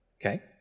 Okay